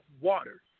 water